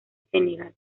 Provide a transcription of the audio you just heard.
senegal